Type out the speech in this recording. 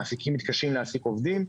מעסיקים מתקשים להשיג עובדים,